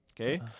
okay